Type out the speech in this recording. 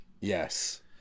Yes